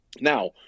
now